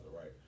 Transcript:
right